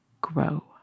grow